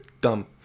dumb